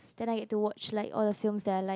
then I get to watch like all the films that I like